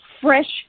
fresh